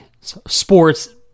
Sports